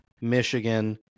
Michigan